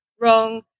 wrong